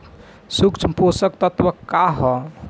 सूक्ष्म पोषक तत्व का ह?